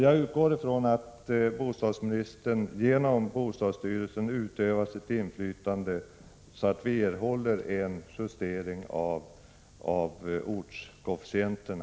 Jag utgår från att bostadsministern genom bostadsstyrelsen utövar sitt inflytande, så att vi erhåller en justering av ortskoefficienterna.